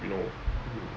you know